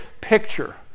picture